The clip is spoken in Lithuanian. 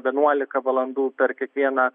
vienuolika valandų per kiekvieną